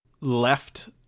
left